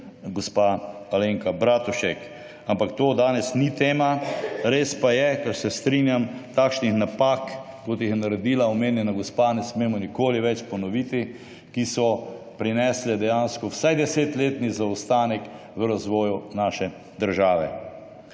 **66. TRAK: (AJ) 15.25** (nadaljevanje) Res pa je, ker se strinjam, takšnih napak, kot jih je naredila omenjena gospa, ne smemo nikoli več ponoviti, ki so prinesle dejansko vsaj desetletni zaostanek v razvoju naše države.